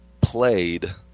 played